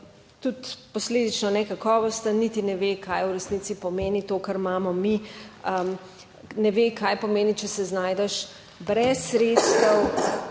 tudi posledično ne kakovosten, niti ne ve, kaj v resnici pomeni to, kar imamo mi, ne ve, kaj pomeni, če se znajdeš brez sredstev,